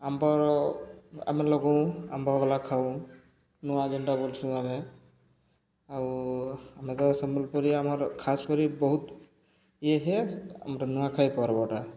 ଆମ୍ବର ଆମେ ଲଗଉ ଆମ୍ବ ବାଲା ଖାଉ ନୂଆ ଯେନ୍ଟା ବଲସୁଁ ଆମେ ଆଉ ଆମେ ତ ସମ୍ବଲପରି ଆମର ଖାସ୍ ପରି ବହୁତ ଇଏ ହେ ଆମର ନୂଆଖାଇ ପର୍ବଟା